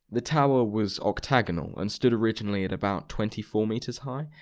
the tower was octagonal and stood originally at about twenty four metres high.